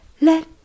Let